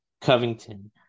Covington